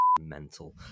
mental